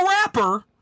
rapper